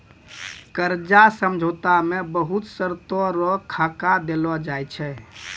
कर्जा समझौता मे बहुत शर्तो रो खाका देलो जाय छै